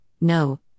no